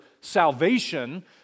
salvation